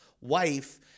wife